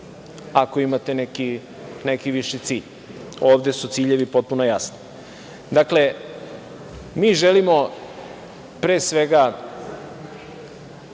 ako imate neki viši cilj. Ovde su ciljevi potpuno jasni. Mi želimo, pre svega,